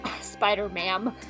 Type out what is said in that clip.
Spider-Man